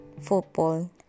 football